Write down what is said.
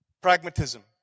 Pragmatism